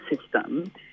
system